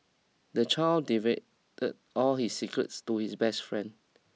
the child divulged all his secrets to his best friend